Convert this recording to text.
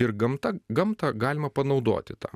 ir gamta gamtą galima panaudoti tam